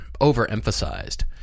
overemphasized